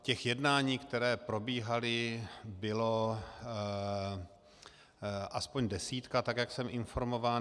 Těch jednání, která probíhala, byla aspoň desítka, jak jsem informován.